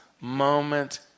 moment